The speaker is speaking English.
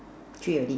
three already